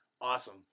Awesome